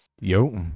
yo